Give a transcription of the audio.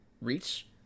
reach